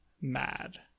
mad